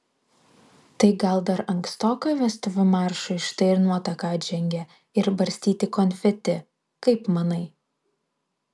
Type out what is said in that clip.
tai gal dar ankstoka vestuvių maršui štai ir nuotaka atžengia ir barstyti konfeti kaip manai